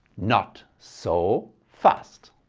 not so fast!